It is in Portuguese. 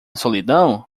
solidão